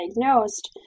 diagnosed